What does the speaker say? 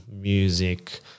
music